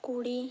কুড়ি